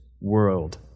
world